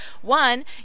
one